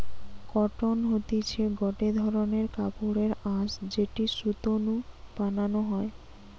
cotton হতিছে গটে ধরণের কাপড়ের আঁশ যেটি সুতো নু বানানো হয়